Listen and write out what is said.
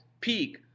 peak